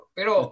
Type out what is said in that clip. Pero